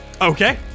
Okay